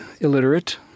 illiterate